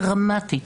דרמטית